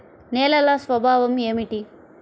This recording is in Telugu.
నేలల స్వభావం ఏమిటీ?